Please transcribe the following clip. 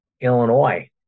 Illinois